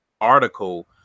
article